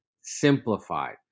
simplified